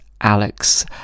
Alex